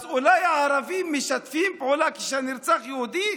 אז אולי הערבים משתפים פעולה כשהנרצח יהודי,